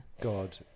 God